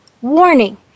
Warning